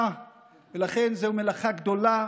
ולכן זו מלאכה גדולה,